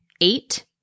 eight